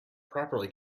properly